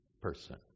person